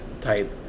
type